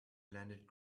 landed